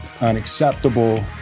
unacceptable